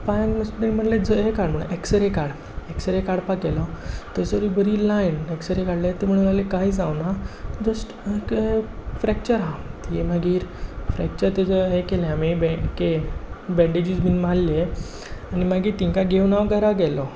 पांयांक मातशें म्हणलें ज हें काड म्हणून एक्स्रे काड एक्स्रे काडपाक गेलो थंयसरूय बरी लायन एक्स्रे काडले ते म्हणू लागले कांय जावंक ना जस्ट एक फ्रॅक्चर आसा तिणें मागीर फ्रॅक्चर ताजे हें केलें आमी बॅ के बँडेजीस बी मारले आनी मागीर तांकां घेवन हांव घरा गेलो